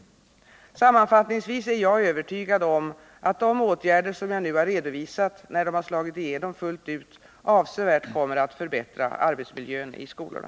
Sammanfattningsvis är jag övertygad om att de åtgärder som jag nu har redovisat, när de har slagit igenom fullt ut, avsevärt kommer att förbättra arbetsmiljön i skolorna.